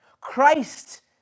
Christ